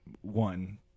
One